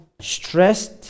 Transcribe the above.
stressed